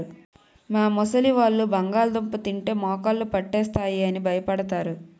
మా ముసలివాళ్ళు బంగాళదుంప తింటే మోకాళ్ళు పట్టేస్తాయి అని భయపడతారు